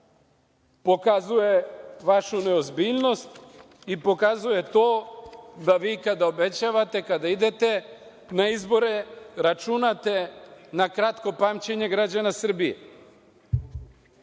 pokazuje vašu neozbiljnost i pokazuje to da vi kada obećavate, kada idete na izbore računate na kratko pamćenje građana Srbije. Sledeći